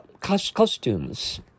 costumes